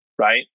right